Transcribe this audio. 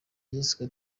jessica